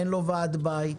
אין לו ועד בית,